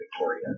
Victoria